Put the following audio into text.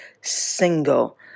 single